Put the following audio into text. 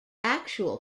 actual